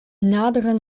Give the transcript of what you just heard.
naderen